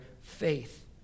faith